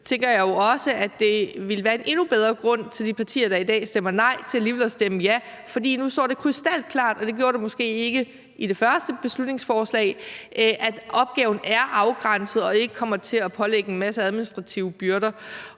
jeg jo også, at det ville være en endnu bedre grund for de partier, der i dag stemmer nej, til alligevel at stemme ja. For nu står det krystalklart, og det gjorde det måske ikke i det første beslutningsforslag, at opgaven er afgrænset og ikke kommer til at pålægge dem en masse administrative byrder.